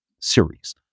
series